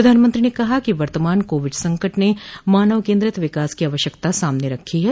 प्रधानमंत्री ने कहा कि वर्तमान कोविड संकट ने मानव केन्द्रित विकास की आवश्यकता सामने रखी है